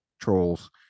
trolls